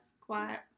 quiet